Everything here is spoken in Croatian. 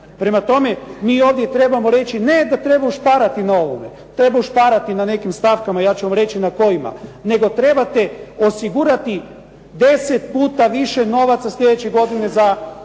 Prema tome, mi ovdje trebamo reći ne da treba ušparati na ovome, treba ušparati na nekim stavkama, ja ću vam reći na kojima. Nego trebate osigurati 10 puta više novca sljedeće godine za